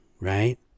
right